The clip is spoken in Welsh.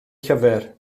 llyfr